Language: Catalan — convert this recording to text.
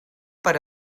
per